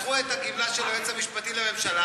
ולקחו את הגמלה של היועץ המשפטי לממשלה